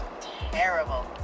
terrible